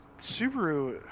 Subaru